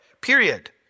Period